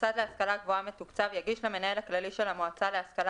5.(א)מוסד להשכלה גבוהה מתוקצב יגיש למנהל הכללי של המועצה להשכלה